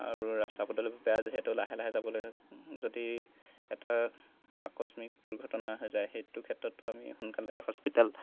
আৰু ৰাস্তা পদূলিবোৰ বেয়া যিহেতু লাহে লাহে যাবলৈ যদি এটা আকস্মিক দুৰ্ঘটনা হৈ যায় সেইটো ক্ষেত্ৰতো আমি সোনকালে হস্পিটেল